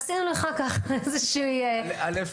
עשינו לך ככה איזושהי וואלה,